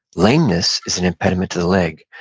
lameness is an impediment to the leg,